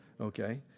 Okay